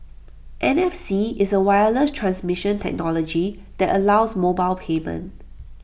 N F C is A wireless transmission technology that allows mobile payment